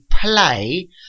play